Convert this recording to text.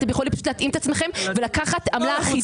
אתם יכולים פשוט להתאים את עצמכם ולקחת עמלה אחידה.